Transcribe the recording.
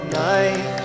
night